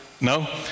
No